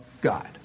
God